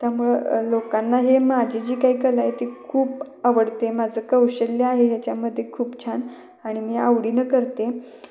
त्यामुळं लोकांना हे माझी जी काही कला आहे ती खूप आवडते माझं कौशल्य आहे ह्याच्यामध्ये खूप छान आणि मी आवडीनं करते